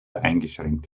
eingeschränkt